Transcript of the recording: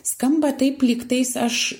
skamba taip lyg tais aš